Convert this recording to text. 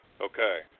okay